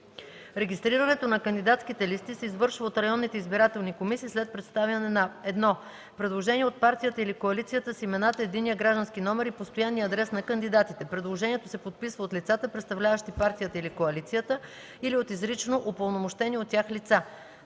Регистрирането на кандидатските листи се извършва от районните избирателни комисии след представяне на: 1. предложение от партията или коалицията с имената, единния граждански номер и постоянния адрес на кандидатите; предложението се подписва от лицата, представляващи партията или коалицията, или от изрично упълномощени от тях лица;